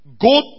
go